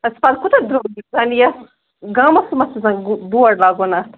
اَدٕ پَتہٕ کوٗتاہ درٛۅگ زَن یَتھ گامَس سُمَتھ چھُ زَن بورڈ لَاگُن اَتھ